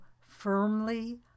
firmly